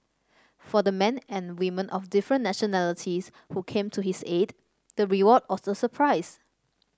for the men and women of different nationalities who came to his aid the reward was a surprise